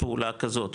פעולה כזאת,